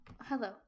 Hello